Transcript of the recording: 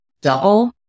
Double